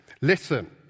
Listen